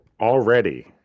already